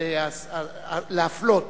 להפלות.